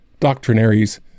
doctrinaries